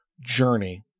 journey